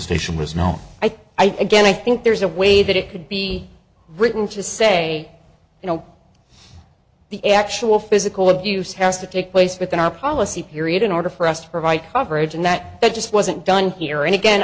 station was no i again i think there's a way that it could be written to say you know the actual physical abuse has to take place within our policy period in order for us to provide coverage and that just wasn't done here and again